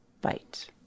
bite